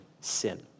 sin